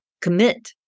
commit